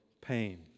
pain